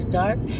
dark